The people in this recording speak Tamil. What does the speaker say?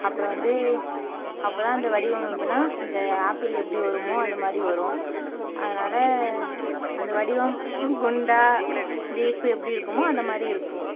அப்புறம் வந்து அப்போதான் வடிவம் எப்படினா இந்த ஆப்பிள் எப்படி வருமோ அது மாதிரி வரும் அதனால அந்த வடிவம் குண்டாக லீஃப்பு எப்படி இருக்குமோ அந்த மாதிரி இருக்கும்